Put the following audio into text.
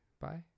Bye